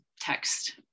text